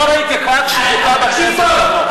לא ראיתי חבר כנסת שדוכא בכנסת, תקשיב טוב.